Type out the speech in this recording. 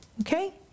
Okay